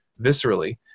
viscerally